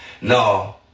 No